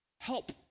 Help